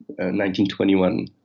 1921